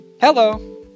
Hello